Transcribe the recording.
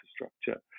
infrastructure